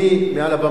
מעל הבמה הזאת,